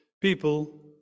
people